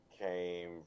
Came